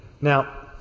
Now